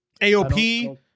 AOP